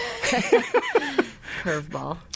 Curveball